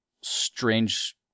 strange